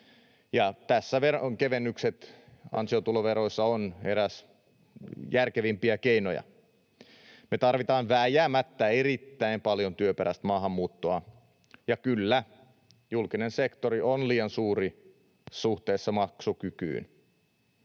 tässä veronkevennykset ansiotuloveroissa ovat eräs järkevimpiä keinoja. Me tarvitaan vääjäämättä erittäin paljon työperäistä maahanmuuttoa. Ja kyllä, julkinen sektori on liian suuri suhteessa maksukykyyn,